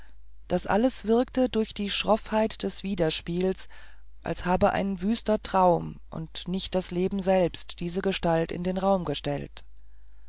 das wirkte durch die schroffheit des widerspiels als habe ein wüster traum und nicht das leben selbst diese gestalt in den raum gestellt